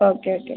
okay okay